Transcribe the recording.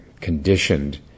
conditioned